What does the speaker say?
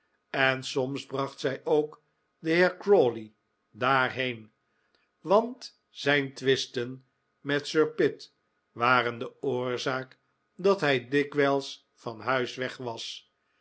en soms bracht zij ook den heer crawley daarheen want zijn twisten met sir pitt waren de oorzaak dat hij dikwijls van huis weg was